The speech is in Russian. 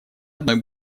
одной